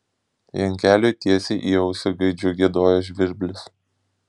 jankeliui tiesiai į ausį gaidžiu giedojo žvirblis